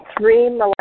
three